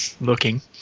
Looking